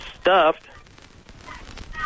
stuffed